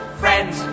friends